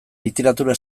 literatura